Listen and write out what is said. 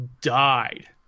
died